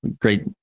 great